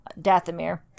dathomir